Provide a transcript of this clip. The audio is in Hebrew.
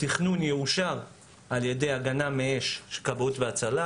התכנון יאושר על ידי הגנה מאש של כבאות והצלה,